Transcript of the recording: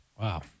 Wow